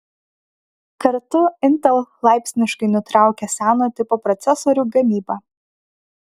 kartu intel laipsniškai nutraukia seno tipo procesorių gamybą